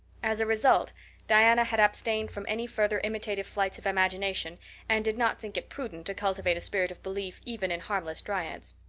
as a result diana had abstained from any further imitative flights of imagination and did not think it prudent to cultivate a spirit of belief even in harmless dryads.